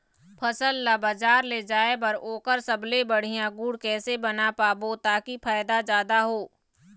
फसल ला बजार ले जाए बार ओकर सबले बढ़िया गुण कैसे बना पाबो ताकि फायदा जादा हो?